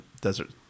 desert